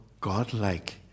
Godlike